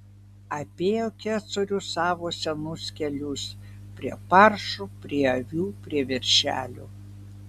apėjo kecorius savo senus kelius prie paršų prie avių prie veršelių